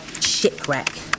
shipwreck